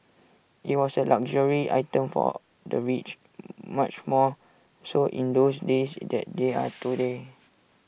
IT was A luxury item for the rich much more so in those days IT they are today